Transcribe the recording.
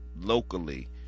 locally